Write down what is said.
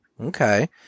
Okay